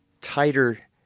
tighter